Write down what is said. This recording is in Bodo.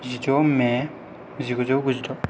जिद' मे जिगुजौ गुजिथाम